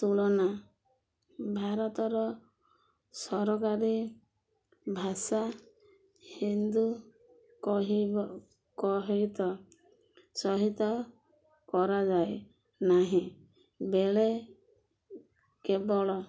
ତୁଳନା ଭାରତର ସରକାରୀ ଭାଷା ହିନ୍ଦୁ କହିବ କହିତ ସହିତ କରାଯାଏ ନାହିଁ ବେଳେ କେବଳ